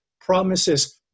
promises